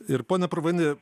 ir pone purvaini